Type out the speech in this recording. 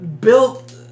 built